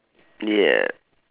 yeah